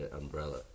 umbrella